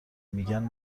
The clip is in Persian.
میگن